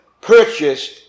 purchased